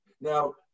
Now